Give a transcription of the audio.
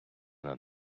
над